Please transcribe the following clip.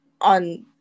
on